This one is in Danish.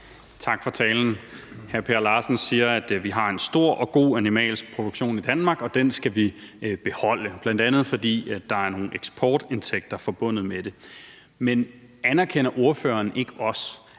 Tak for talen. Hr. Per Larsen siger, at vi har en stor god animalsk produktion i Danmark, og at den skal vi beholde, bl.a. fordi der er nogle eksportindtægter forbundet med det. Men anerkender ordføreren ikke også,